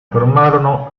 formarono